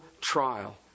trial